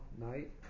night